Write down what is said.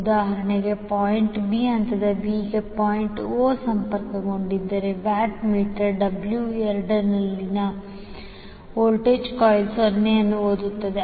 ಉದಾಹರಣೆಗೆ point B ಹಂತ B ಗೆ ಪಾಯಿಂಟ್ ಒ ಸಂಪರ್ಕಗೊಂಡಿದ್ದರೆ ವ್ಯಾಟ್ ಮೀಟರ್ ಡಬ್ಲ್ಯೂ 2 ನಲ್ಲಿನ ವೋಲ್ಟೇಜ್ ಕಾಯಿಲ್ 0 ಅನ್ನು ಓದುತ್ತದೆ